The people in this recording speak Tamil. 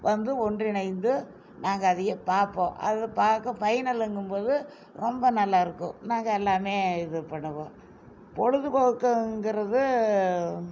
வந்து ஒன்றிணைந்து நாங்கள் அதையே பார்ப்போம் அது பார்க்க ஃபைனலுங்கும்போது ரொம்ப நல்லாயிருக்கும் நாங்கள் எல்லாமே இது பண்ணுவோம் பொழுதுபோக்குங்கிறது